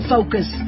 Focus